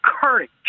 courage